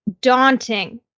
daunting